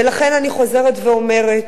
ולכן אני חוזרת ואומרת: